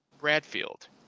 Bradfield